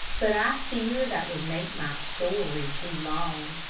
but i fear that would make my story too long,